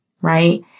Right